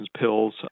pills